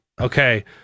okay